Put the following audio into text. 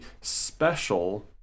special